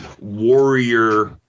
warrior